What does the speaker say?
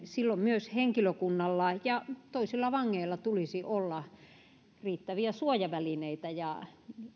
silloin myös henkilökunnalla ja toisilla vangeilla tulisi olla riittäviä suojavälineitä ja